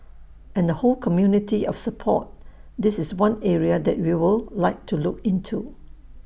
and the whole community of support this is one area that we'll like to look into